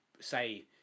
say